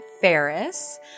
Ferris